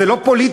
זה לא פוליטי,